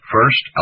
First